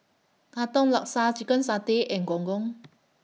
Katong Laksa Chicken Satay and Gong Gong